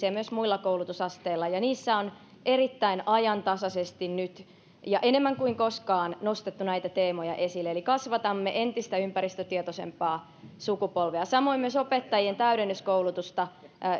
ja myös muilla koulutusasteilla ja niissä on erittäin ajantasaisesti nyt ja enemmän kuin koskaan nostettu näitä teemoja esille eli kasvatamme entistä ympäristötietoisempaa sukupolvea samoin myös opettajien täydennyskoulutusta